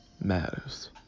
matters